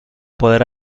poder